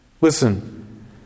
Listen